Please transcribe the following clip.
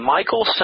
Michael